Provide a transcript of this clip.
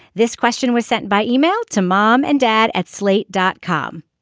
this question was sent by email to mom and dad at slate dot com.